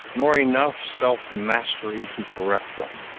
nor enough self-mastery to correct them,